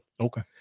Okay